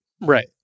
Right